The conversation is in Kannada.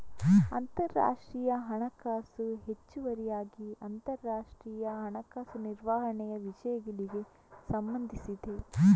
ಅಂತರರಾಷ್ಟ್ರೀಯ ಹಣಕಾಸು ಹೆಚ್ಚುವರಿಯಾಗಿ ಅಂತರರಾಷ್ಟ್ರೀಯ ಹಣಕಾಸು ನಿರ್ವಹಣೆಯ ವಿಷಯಗಳಿಗೆ ಸಂಬಂಧಿಸಿದೆ